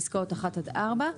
פסקאות (1) עד (4),